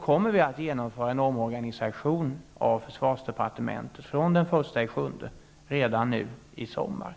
kommer vi att genomföra en omorganisation av försvarsdepartementet den 1 juli, alltså i sommar.